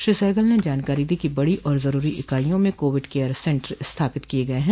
श्री सहगल न जानकारी दी कि बड़ी और जरूरी इकाइयों में कोविड केयर सेन्टर स्थापित किये गये हैं